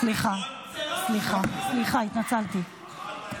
סליחה, התנצלתי.